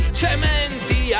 cementi